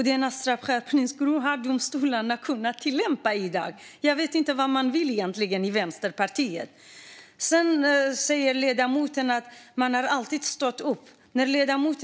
Denna straffskärpningsgrund har domstolarna kunnat tillämpa. Jag vet inte vad Vänsterpartiet vill egentligen. Sedan säger ledamoten att hon alltid har stått upp för det här.